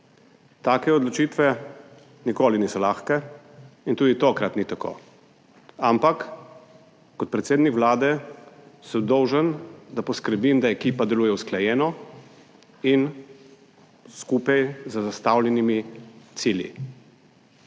Take odločitve nikoli niso lahke in tudi tokrat ni tako, ampak kot predsednik vlade sem dolžan, da poskrbim, da ekipa deluje usklajeno in skupaj z zastavljenimi cilji.